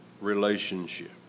relationship